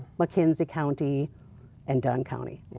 mckenzie county and dunn county.